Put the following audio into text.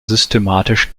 systematisch